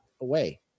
away